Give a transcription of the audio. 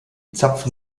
zapfen